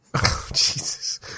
Jesus